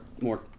more